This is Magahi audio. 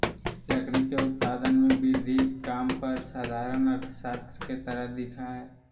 लकड़ी के उत्पादन में वृद्धि काम पर साधारण अर्थशास्त्र के तरह दिखा हइ